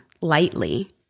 lightly